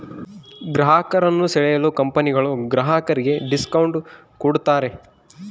ಗ್ರಾಹಕರನ್ನು ಸೆಳೆಯಲು ಕಂಪನಿಗಳು ಗ್ರಾಹಕರಿಗೆ ಡಿಸ್ಕೌಂಟ್ ಕೂಡತಾರೆ